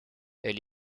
elle